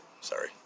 sorry